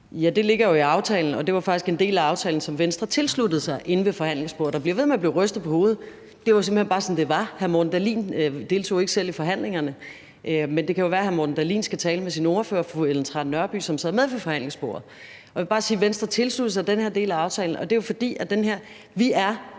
Ja, det ligger jo i aftalen, og det var faktisk en del af aftalen, som Venstre tilsluttede sig inde ved forhandlingsbordet. Der bliver ved med at blive rystet på hovedet – det var simpelt hen bare sådan, det var. Hr. Morten Dahlin deltog ikke selv i forhandlingerne, men det kan jo være, at hr. Morten Dahlin skal tale med sin ordfører, fru Ellen Trane Nørby, som sad med ved forhandlingsbordet. Og jeg vil bare sige, at Venstre tilsluttede sig den her del af aftalen. Vi er fra Socialdemokratiets